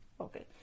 okay